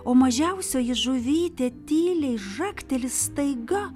o mažiausioji žuvytė tyliai žagteli staiga